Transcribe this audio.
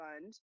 fund